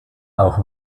auch